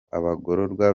abagororwa